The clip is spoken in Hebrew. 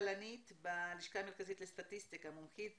כלכלנית בלשכה המרכזית לסטטיסטיקה, מומחית